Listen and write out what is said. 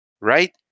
right